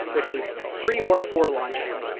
which is three or four launches.